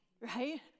right